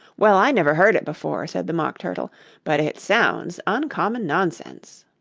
well, i never heard it before said the mock turtle but it sounds uncommon nonsense